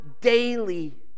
daily